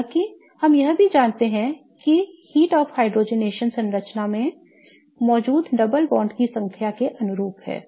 हालांकि हम यह भी जानते हैं कि heat of hydrogenation संरचना में मौजूद डबल बॉन्ड की संख्या के अनुरूप है